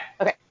Okay